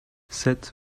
sept